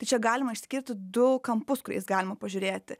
tai čia galima išskirti du kampus kuriais galima pažiūrėti